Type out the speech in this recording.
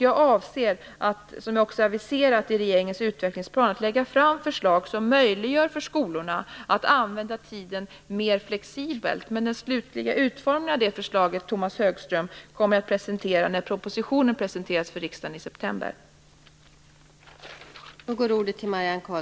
Jag avser, som jag också har aviserat i regeringens utvecklingsplan, att lägga fram förslag som möjliggör för skolorna att använda tiden mer flexibelt. Men den slutliga utformningen av det förslaget, Tomas Högström, kommer att redovisas när propositionen presenteras för riksdagen i september.